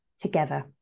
together